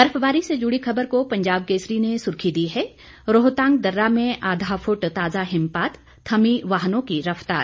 बर्फबारी से जुड़ी खबर को पंजाब केसरी ने सुर्खी दी है रोहतांग दर्रा में आधा फुट ताजा हिमपात थमी वाहनों की रफतार